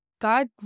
God